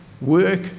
work